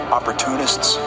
Opportunists